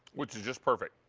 which is just perfect.